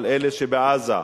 אבל אלה שבעזה,